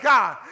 God